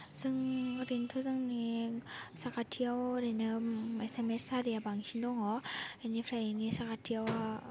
जों ओरैनोथ' जोंनि साखाथियाव ओरैनो एसामिस हारिया बांसिन दङ बेनिफ्राय बेनि साखाथियाव